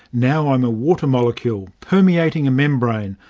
now i'm a water molecule permeating a membrane,